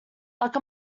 like